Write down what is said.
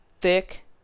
thick